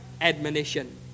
admonition